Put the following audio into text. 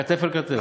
כתף אל כתף.